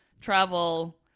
travel